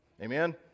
amen